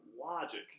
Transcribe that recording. logic